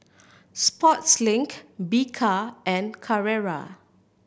Sportslink Bika and Carrera